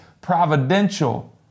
providential